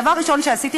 דבר ראשון שעשיתי,